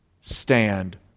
stand